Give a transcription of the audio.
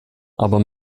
aber